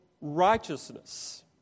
righteousness